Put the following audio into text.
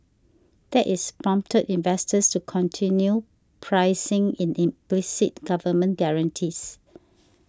that's prompted investors to continue pricing in implicit government guarantees